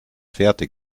fährte